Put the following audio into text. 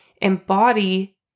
embody